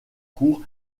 cour